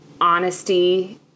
honesty